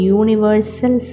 universal